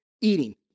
eating